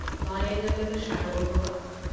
lying under the shadow of a rock.